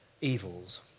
evils